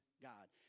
God